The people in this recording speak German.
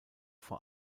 vor